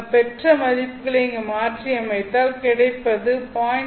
பெற்ற மதிப்புகளை இங்கு மாற்றி அமைத்தால் கிடைப்பது 0